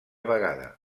vegada